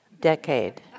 decade